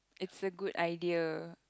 it's a good idea